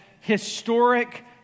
historic